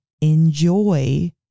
enjoy